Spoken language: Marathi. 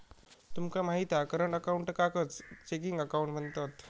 तुमका माहित हा करंट अकाऊंटकाच चेकिंग अकाउंट म्हणतत